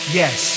yes